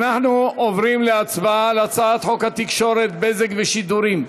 אנחנו עוברים להצבעה על הצעת חוק התקשורת (בזק ושידורים)